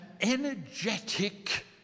energetic